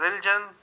religion